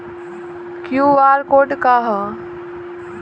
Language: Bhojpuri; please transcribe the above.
क्यू.आर कोड का ह?